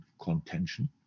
contention